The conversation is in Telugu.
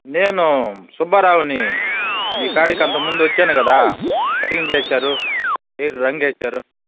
నేను సుబ్బారావుని మీ కాడికి అంతకుముందు వచ్చాను కదా కటింగ్ చేశారు హెయిర్ రంగేశారు